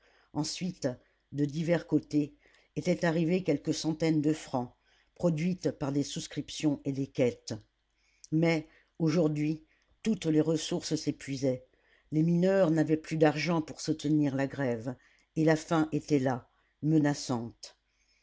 ensuite de divers côtés étaient arrivées quelques centaines de francs produites par des souscriptions et des quêtes mais aujourd'hui toutes les ressources s'épuisaient les mineurs n'avaient plus d'argent pour soutenir la grève et la faim était là menaçante